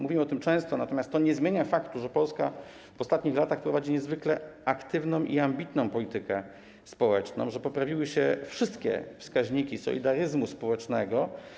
Mówimy o tym często, natomiast to nie zmienia faktu, że Polska w ostatnich latach prowadzi niezwykle aktywną i ambitną politykę społeczną, że poprawiły się wszystkie wskaźniki solidaryzmu społecznego.